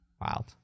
Wild